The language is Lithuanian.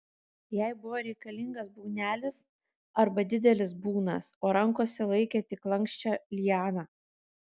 jai buvo reikalingas būgnelis arba didelis būgnas o rankose laikė tik lanksčią lianą